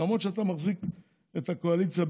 למרות שאתה מחזיק את הקואליציה,